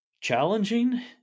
challenging